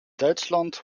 duitsland